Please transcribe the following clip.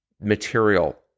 material